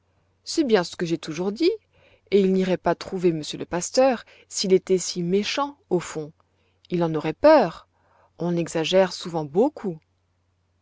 c'est bien ce que j'ai toujours dit et il n'irait pas trouver monsieur le pasteur s'il était si méchant au fond il en aurait peur on exagère souvent beaucoup